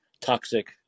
Toxic